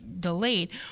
Delayed